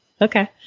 Okay